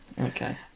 okay